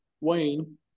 Wayne